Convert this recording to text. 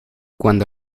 cuando